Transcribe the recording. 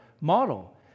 model